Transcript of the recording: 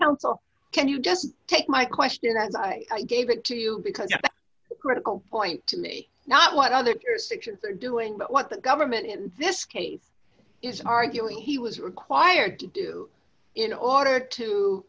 so can you just take my question as i gave it to you because the critical point to me not what other jurisdictions are doing but what the government in this case is arguing he was required to do in order to